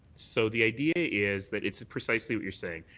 so the idea is that it's ah precisely what you're saying.